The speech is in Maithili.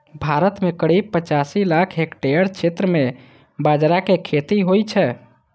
भारत मे करीब पचासी लाख हेक्टेयर क्षेत्र मे बाजरा के खेती होइ छै